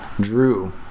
drew